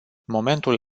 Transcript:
momentul